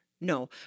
no